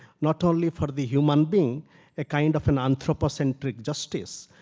not only for the human being a kind of an anthropocentric justice,